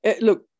Look